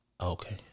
Okay